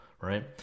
Right